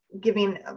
giving